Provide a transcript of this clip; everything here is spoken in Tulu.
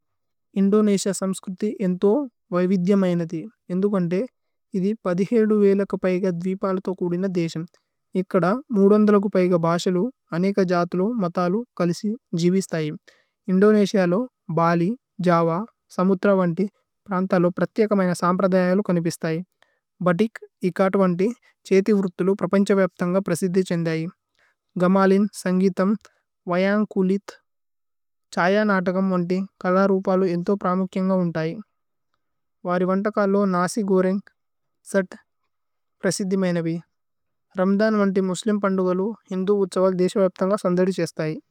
ഇന്ദോനേസിഅ സമ്സ്കുത്ഥി ഏന്ഥോ വൈവിധ്യമയിനതി। ഏന്ദു കന്തേ ഇതി അക്പൈഗ ദ്വിപൌലിഥോ കുദിന ദേസമ്। ഇക്കദ അക്പൈഗ ബശലു അനേഖ ജത്ലു മതലു കലിസി। ജിവിശ്തയിമ് ഇന്ദോനേസിഅ അലോ ബലി ജവ സമുത്ര വന്തി। പ്രന്ത അലോ പ്രഥിയകമയ്ന സമ്പ്രദയ അലോ കനിപി। ശ്തയിമ് ഭതിക് ഏകത്വന്തി ചേതി വുര്തിലു പ്രപന്ഛ। വ്യപ്ഥന്ഗ പ്രസിദ്ധി ഛേന്ദയിമ് ഗമലിന് സന്ഗിഥമ്। വയമ് കുലിഥ് ഛ്ഹയ നതകമ് ഓന്തി കലരുപലു ഏന്ഥോ। പ്രമുക്യേന്ഗ ഉന്തയി വരിവന്തക അലോ നസി ഗോരേന്ഗ്। സേത് പ്രസിദ്ധി മൈനവി രമ്ധന് മോന്തി। മുസ്ലിമ് പന്ദുഗലു ഹിന്ദു വുഛ്ഛവല് ദേശ്വപ്ഥന്ഗ।